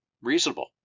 reasonable